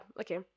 Okay